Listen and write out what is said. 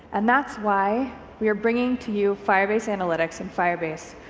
and that's why we are bringing to you firebase analytics and firebase,